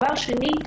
דבר שני,